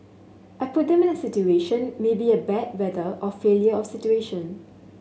I put them in a situation maybe a bad weather or failure of situation